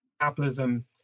capitalism